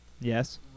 Yes